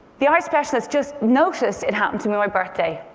the eye specialist just noticed it happened to be my birthday.